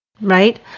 right